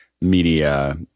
media